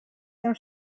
тем